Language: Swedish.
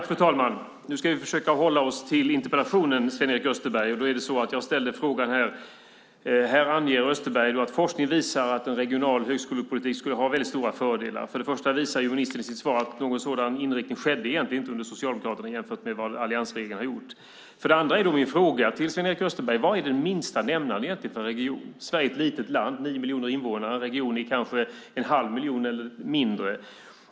Fru talman! Nu ska vi försöka hålla oss till interpellationen, Sven-Erik Österberg. Jag ställde en fråga. Österberg anger att forskningen visar att en regional högskolepolitik skulle ha väldigt stora fördelar. För det första visar ju ministern i sitt svar att någon sådan inriktning egentligen inte skedde under Socialdemokraterna jämfört med vad alliansregeringen har gjort. För det andra är min fråga till Sven-Erik Österberg: Vad är egentligen den minsta nämnaren för en region? Sverige är ett litet land med nio miljoner invånare. En region är kanske en halv miljon eller mindre.